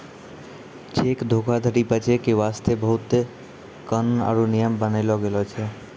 cheque धोखाधरी बचै के बास्ते बहुते कानून आरु नियम बनैलो गेलो छै